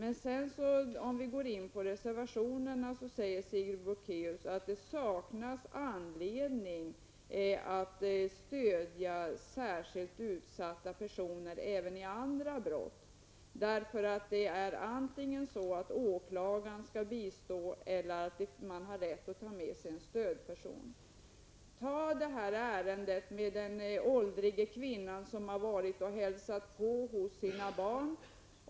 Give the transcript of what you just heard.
Om vi sedan går in på reservationerna säger Sigrid Bolkéus att det saknas anledning att stödja särskilt utsatta personer även vid andra brott. Antingen skall åklagaren bistå eller så har målsäganden rätt att ta med sig en stödperson. Man kan som exempel ta det fall där en åldrig kvinna varit och hälsat på sina barn.